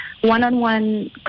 one-on-one